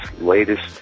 latest